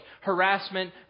harassment